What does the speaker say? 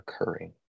occurring